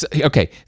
Okay